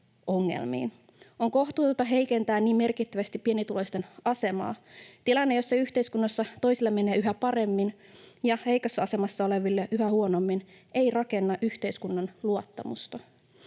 On kohtuutonta heikentää niin merkittävästi pienituloisten asemaa. Tilanne, jossa yhteiskunnassa toisilla menee yhä paremmin ja heikossa asemassa olevilla yhä huonommin, ei rakenna yhteiskunnan luottamusta.